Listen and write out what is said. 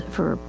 for,